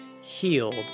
healed